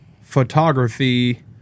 photography